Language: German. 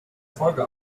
folge